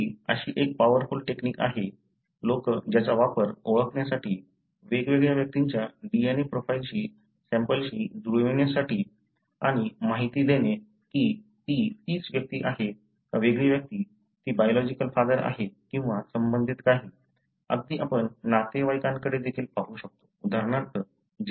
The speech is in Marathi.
तर हि अशी एक पॉवरफुल टेक्नीक आहे लोक ज्याचा वापर ओळखण्यासाठी वेगवेगळ्या व्यक्तींच्या DNA प्रोफाइलशी सॅम्पल शी जुळविण्यासाठी आणि माहिती देणे कि ती तीच व्यक्ती आहे का वेगळी व्यक्ती ती बायोलॉजिकल फादर आहे किंवा संबंधित काही अगदी आपण नातेवाईकांकडे देखील पाहू शकतो उदाहरणार्थ